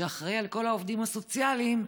שאחראי לכל העובדים הסוציאליים,